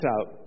out